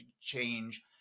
change